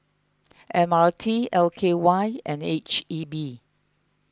M R T L K Y and H E B